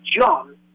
John